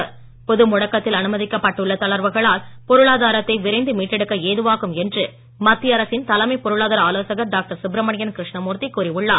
பொது தளர்வுகளால் முடக்கத்தில் அனுமதிக்கப்பட்டுள்ள பொருளாதாரத்தை விரைந்து மீட்டெடுக்க ஏதுவாகும் என்று மத்திய அரசின் தலைமைப் பொருளாதார ஆலோசகர் டாக்டர் சுப்ரமணியன் கிருஷ்ணழூர்த்தி கூறியுள்ளார்